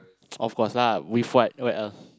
of course lah with what what else